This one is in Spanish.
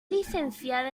licenciada